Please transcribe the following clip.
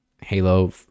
Halo